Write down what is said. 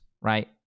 right